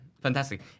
Fantastic